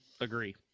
Agree